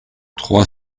trois